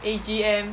A_G_M